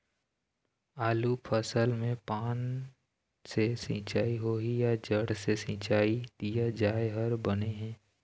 आलू फसल मे पान से सिचाई होही या जड़ से सिचाई दिया जाय हर बने हे?